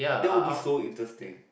that will be so interesting